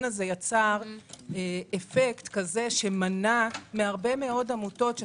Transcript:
הזה יצר אפקט כזה שמנע מהרבה מאוד עמותות לפנות.